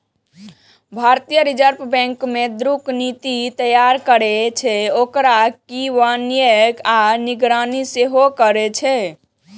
भारतीय reserve bank मौद्रिक नीति तैयार करै छै, ओकर क्रियान्वयन आ निगरानी सेहो करै छै